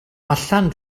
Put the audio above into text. allan